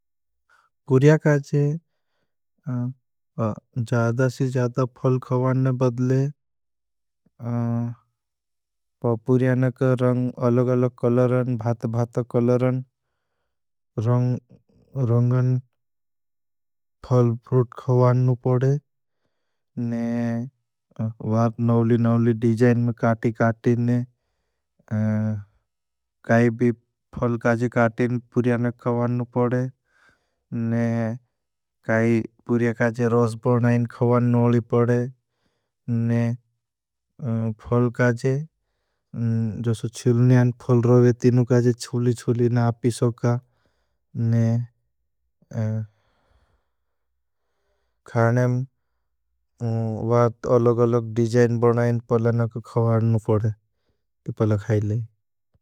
पुर्या काजे जादा सी जादा फल खवानने बदले पुर्यानक रंग अलग-अलग खवानने भात-भात खवानने रंगन फल-फ्रूट खवानने पड़े। वार नवली-नवली डिजाइन में काटी-काटी ने काई भी फल काजे काटी ने पुर्याना खवानने पड़े। ने काई पुर्या काजे रोस बोर्णा ने खवानने नवली पड़े। ने फल काजे, जोसे छुलनी आएं फल रोगे तीनु काजे छुली-छुली ना आपी सोक ने खाने में वार तो अलोग-अलोग डिजाइन बनाएं फल ना काई खवानने पड़े। ती फल खाईले।